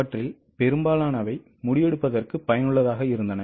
அவற்றில் பெரும்பாலானவை முடிவெடுப்பதற்கு பயனுள்ளதாக இருந்தன